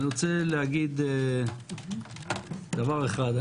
אני רוצה לומר דבר אחד.